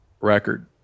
record